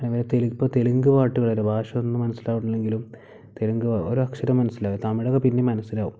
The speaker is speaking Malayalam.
തെലുങ്ക് പാട്ടുകൾ വരെ ഭാഷ ഒന്നും മനസ്സിലാവില്ലെങ്കിലും തെലുങ്ക് ഒരു അക്ഷരം മനസ്സിലാവില്ല തമിഴൊക്കെ പിന്നെയും മനസ്സിലാവും